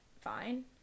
fine